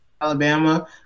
Alabama